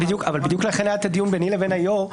לכן היה את הדיון ביני לבין היושב ראש.